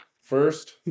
first